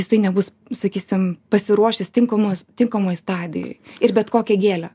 jis nebus sakysim pasiruošęs tinkamos tinkamoj stadijoj ir bet kokią gėlę